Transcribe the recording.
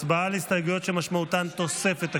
הצבעה על הסתייגויות שמשמעותן תוספת תקציב.